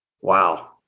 Wow